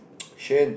Xuan